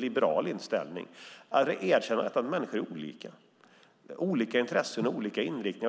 liberal inställning och medger att människor är olika. De har olika intressen och inriktning.